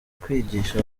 kwigisha